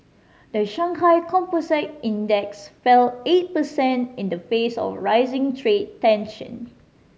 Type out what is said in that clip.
the Shanghai Composite Index fell eight percent in the face of rising trade tension